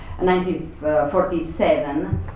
1947